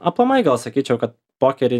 aplamai gal sakyčiau kad pokeriui